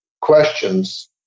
questions